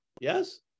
yes